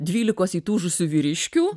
dvylikos įtūžusių vyriškių